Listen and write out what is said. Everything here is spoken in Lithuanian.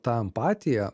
tą empatiją